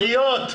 עיריות,